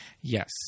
Yes